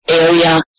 area